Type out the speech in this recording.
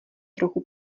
trochu